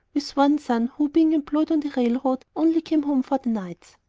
with one son, who, being employed on the railroad, only came home for the nights.